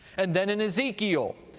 and then in ezekiel,